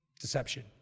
Deception